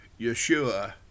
Yeshua